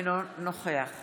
אינו נוכח